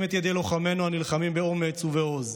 את ידי לוחמינו הנלחמים באומץ ובעוז,